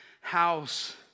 house